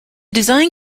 design